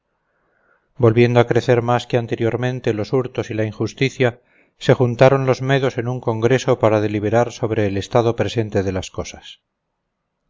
volviendo a crecer más que anteriormente los hurtos y la injusticia se juntaron los medos en un congreso para deliberar sobre el estado presente de las cosas